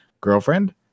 Girlfriend